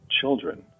children